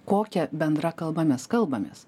kokia bendra kalba mes kalbamės